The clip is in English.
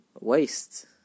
waste